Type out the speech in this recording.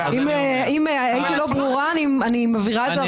אם הייתי לא ברורה אני מבהירה את זה עכשיו.